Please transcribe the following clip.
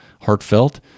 heartfelt